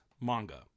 manga